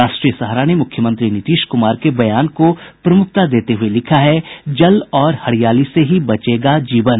राष्ट्रीय सहारा ने मुख्यमंत्री नीतीश कुमार के बयान को प्रमुखता देते हुये लिखा है जल और हरियाली से ही बचेगा जीवन